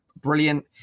brilliant